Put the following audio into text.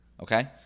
Okay